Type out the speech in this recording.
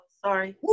sorry